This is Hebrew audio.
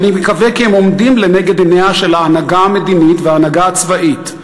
ואני מקווה כי הם עומדים לנגד עיניה של ההנהגה המדינית וההנהגה הצבאית,